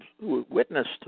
witnessed